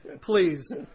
Please